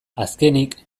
azkenik